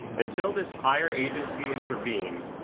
until this higher agency intervened,